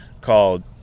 called